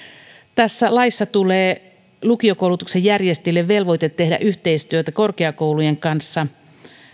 tässä laissa tulee lukiokoulutuksen järjestäjille velvoite tehdä yhteistyötä korkeakoulujen kanssa